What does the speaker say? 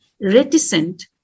reticent